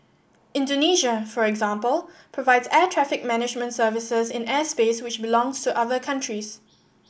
Indonesia for example provides air traffic management services in airspace which belongs to other countries